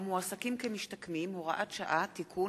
המועסקים כמשתקמים (הוראת שעה) (תיקון),